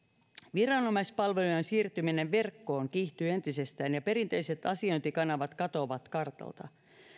viranomaispalvelujen siirtyminen verkkoon kiihtyy entisestään ja perinteiset asiointikanavat katoavat kartalta